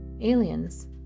aliens